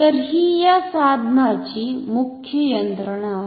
तर ही या साधनाची मुख्य यंत्रणा आहे